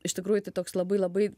iš tikrųjų tai toks labai labai